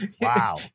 wow